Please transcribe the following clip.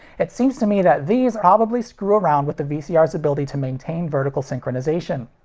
it seems to me that these probably screw around with a vcr's ability to maintain vertical synchronization.